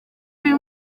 uyu